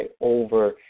over